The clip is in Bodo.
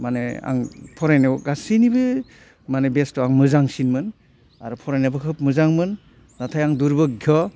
माने आं फरायनायाव गासैनिबो माने बेत्स आं मोजांसिनमोन आरो फरायनायाबो खोब मोजांमोन नाथाय आं दुरभाग्य'